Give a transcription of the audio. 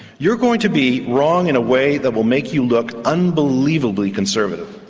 you're going to be wrong in a way that will make you look unbelievably conservative.